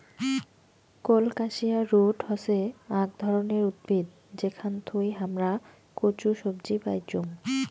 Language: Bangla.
কোলকাসিয়া রুট হসে আক ধরণের উদ্ভিদ যেখান থুই হামরা কচু সবজি পাইচুং